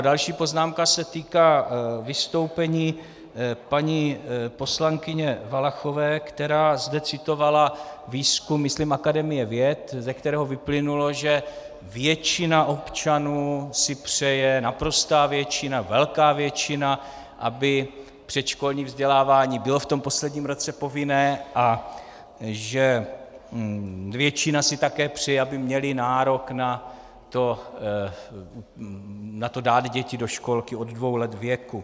Další poznámka se týká vystoupení paní poslankyně Valachové, která zde citovala výzkum myslím Akademie věd, ze kterého vyplynulo, že většina občanů si přeje naprostá většina, velká většina aby předškolní vzdělávání bylo v tom posledním roce povinné, a že většina si také přeje, aby měli nárok na to dát děti do školky od dvou let věku.